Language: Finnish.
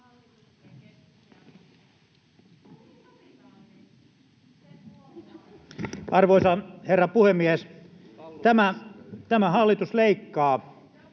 Arvoisa herra puhemies! Tämä hallitus leikkaa